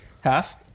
Half